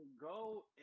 go